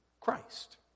Christ